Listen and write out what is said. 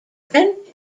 brent